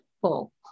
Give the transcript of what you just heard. full